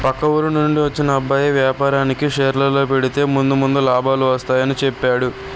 పక్క ఊరి నుండి వచ్చిన అబ్బాయి వేపారానికి షేర్లలో పెడితే ముందు ముందు లాభాలు వస్తాయని చెప్పేడు